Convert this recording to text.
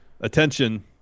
Attention